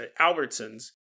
Albertsons